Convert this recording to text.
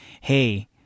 hey